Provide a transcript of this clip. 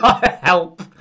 Help